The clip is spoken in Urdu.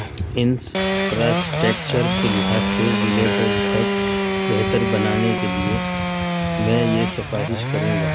انسفراسٹرکچر کے لحاظ سے ضلع کو بہت بہتر بنانے کے لیے میں یہ سفارش کروں گا